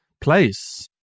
place